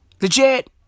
Legit